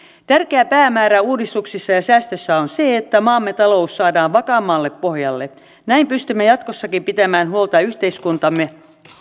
tärkeä päämäärä uudistuksissa ja säästöissä on se että maamme talous saadaan vakaammalle pohjalle näin pystymme jatkossakin pitämään huolta yhteiskuntamme